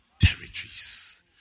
Territories